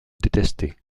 détestait